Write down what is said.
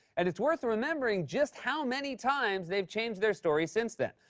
and it's worth remembering just how many times they've changed their story since then.